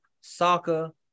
soccer